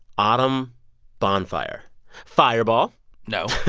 autumn bonfire fireball no. no.